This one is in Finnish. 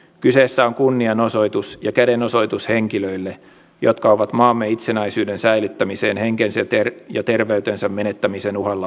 kyseessä on kunnianosoitus ja kädenojennus henkilöille jotka ovat maamme itsenäisyyden säilyttämiseen henkensä ja terveytensä menettämisen uhalla osallistuneet